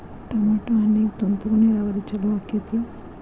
Tomato ಹಣ್ಣಿಗೆ ತುಂತುರು ನೇರಾವರಿ ಛಲೋ ಆಕ್ಕೆತಿ?